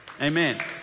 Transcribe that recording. Amen